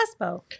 Espo